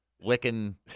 licking